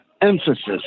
emphasis